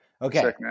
Okay